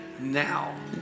now